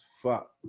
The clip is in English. fuck